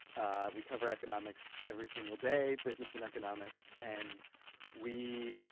ah we cover economics every single day business and economics. and we